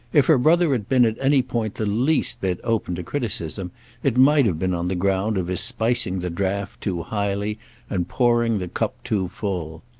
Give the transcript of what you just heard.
if her brother had been at any point the least bit open to criticism it might have been on the ground of his spicing the draught too highly and pouring the cup too full.